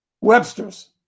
Webster's